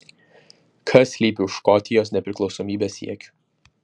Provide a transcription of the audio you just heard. kas slypi už škotijos nepriklausomybės siekių